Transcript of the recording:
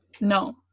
No